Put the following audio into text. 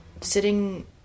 sitting